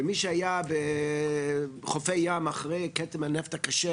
ומי שהיה בחופי הים אחרי כתם הנפט הקשה